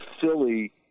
silly